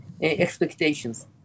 expectations